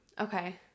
Okay